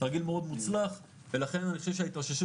תרגיל מאוד מוצלח ולכן אני חושב שההתאוששות